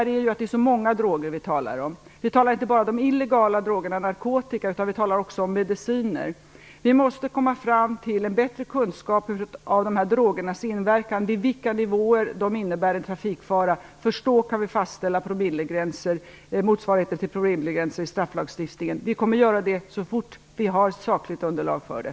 Problemet är att det är så många droger vi talar om. Det är inte bara de illegala drogerna, narkotika, utan det är också mediciner. Vi måste komma fram till en bättre kunskap om de här drogernas inverkan, vid vilka nivåer de innebär en trafikfara. Först då kan vi fastställa motsvarigheter till promillegränser i strafflagstiftningen. Vi kommer att göra det så fort vi har sakligt underlag för det.